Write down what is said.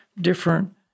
different